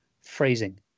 phrasing